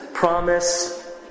Promise